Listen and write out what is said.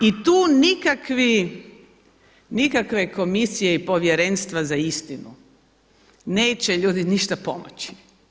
I tu nikakve komisije i povjerenstva za istinu neće ljudi ništa pomoći.